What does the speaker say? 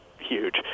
huge